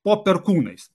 po perkūnais